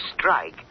strike